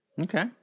Okay